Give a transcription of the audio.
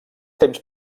temps